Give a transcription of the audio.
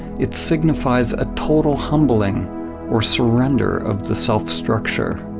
it signifies a total humbling or surrender of the self structure.